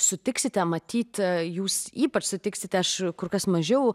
sutiksite matyt jūs ypač sutiksite aš kur kas mažiau